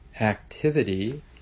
activity